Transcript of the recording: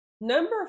Number